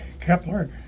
Kepler